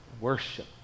Worship